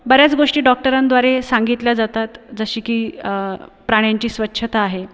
बऱ्याच गोष्टी डॉक्टरांद्वारे सांगितल्या जातात जशी की प्राण्यांची स्वच्छता आहे